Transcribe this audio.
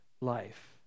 life